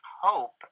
hope